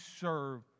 serve